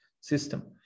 system